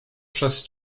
przez